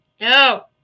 No